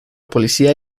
policía